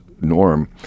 norm